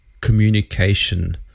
communication